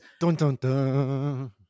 Dun-dun-dun